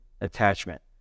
attachment